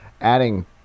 adding